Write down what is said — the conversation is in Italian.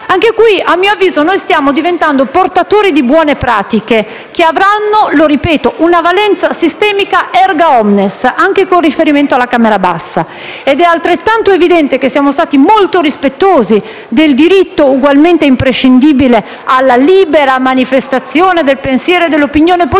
caso, a mio avviso, stiamo diventando portatori di buone pratiche che avranno - lo ripeto - una valenza sistemica *erga omnes*, anche con riferimento alla Camera bassa. È altrettanto evidente che siamo stati molto rispettosi del diritto ugualmente imprescindibile alla libera manifestazione del pensiero e dell'opinione politica,